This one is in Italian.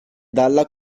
dalla